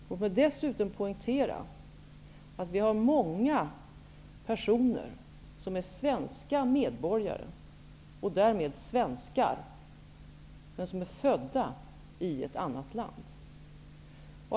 Låt mig dessutom poängtera att det finns många personer som är svenska medborgare och därmed svenskar men som är födda i ett annat land.